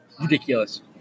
Ridiculous